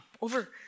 over